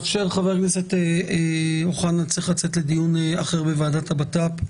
חבר הכנסת אוחנה צריך לצאת לדיון אחר בוועדה לביטחון פנים,